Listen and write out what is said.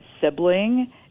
sibling